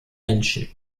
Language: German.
menschen